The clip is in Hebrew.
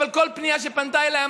אבל כל פנייה שהגיעה אליי,